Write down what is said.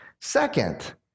Second